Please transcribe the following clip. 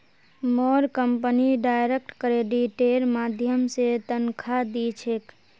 मोर company direct क्रेडिटेर माध्यम स तनख़ा दी छेक